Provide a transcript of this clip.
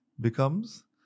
becomes